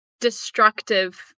destructive